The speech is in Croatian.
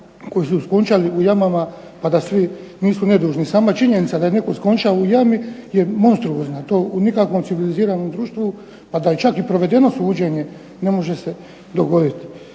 koji su skončali u jamama, pa da svi nisu nedužni. Sama činjenica da je netko skončao u jami je monstruozna, to nikakvom civiliziranom društvu, da je čak i provedeno suđenje, ne može se dogoditi.